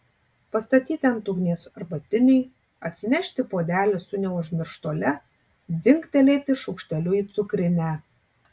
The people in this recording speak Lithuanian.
pastatyti ant ugnies arbatinį atsinešti puodelį su neužmirštuole dzingtelėti šaukšteliu į cukrinę